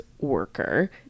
worker